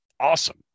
awesome